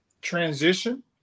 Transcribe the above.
transition